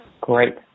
Great